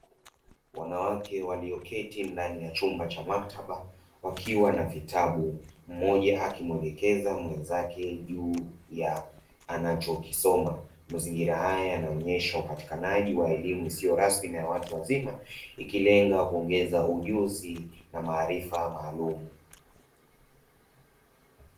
Wanawake walioketi ndani ya chumba cha maktaba, wakiwa na vitabu. Mmoja akimuelekeza mwenzake juu ya anachokisoma. Mazingira haya yanaonesha upatikanaji wa elimu isiyo rasmi na ya watu wazima, ikilenga kuongeza ujuzi na maarifa maalumu.